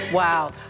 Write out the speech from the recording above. Wow